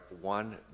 one